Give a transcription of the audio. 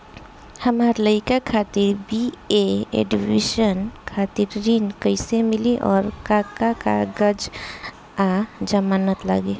हमार लइका खातिर बी.ए एडमिशन खातिर ऋण कइसे मिली और का का कागज आ जमानत लागी?